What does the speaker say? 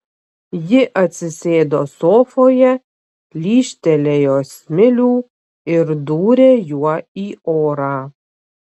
ji atsisėdo sofoje lyžtelėjo smilių ir dūrė juo į orą